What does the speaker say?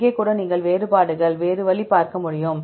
இங்கே கூட நீங்கள் வேறுபாடுகள் வேறு வழி பார்க்க முடியும்